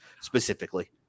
specifically